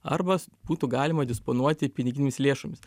arba būtų galima disponuoti piniginėmis lėšomis